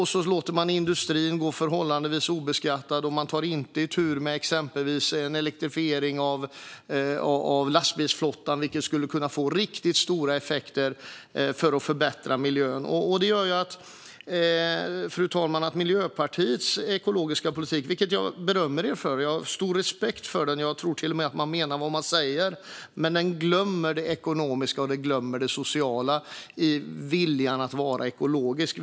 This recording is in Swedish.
Man låter industrin gå förhållandevis obeskattad och tar inte itu med exempelvis elektrifiering av lastbilsflottan, vilket skulle kunna få riktigt stora effekter för att förbättra miljön. Detta gör att Miljöpartiets ekologiska politik - som jag berömmer er för; jag har stor respekt för den och tror till och med att ni menar vad ni säger - glömmer det ekonomiska och det sociala i viljan att vara ekologisk.